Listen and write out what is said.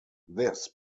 this